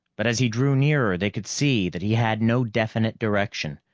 but as he drew nearer they could see that he had no definite direction.